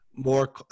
more